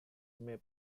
may